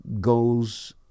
goes